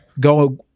go